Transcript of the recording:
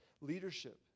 leadership